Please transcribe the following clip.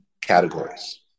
categories